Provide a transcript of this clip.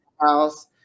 house